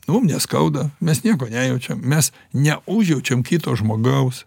nu neskauda mes nieko nejaučiam mes neužjaučiam kito žmogaus